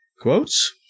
Quotes